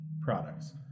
products